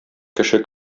кеше